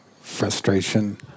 frustration